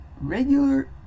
regular